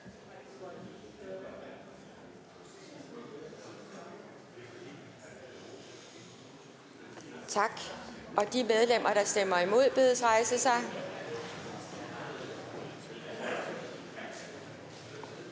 Tak. De medlemmer, der stemmer imod, bedes rejse sig.